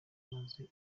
amaze